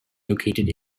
located